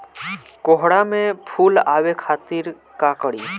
कोहड़ा में फुल आवे खातिर का करी?